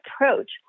approach